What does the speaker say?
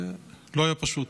לא היה פשוט.